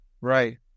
Right